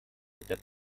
der